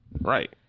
right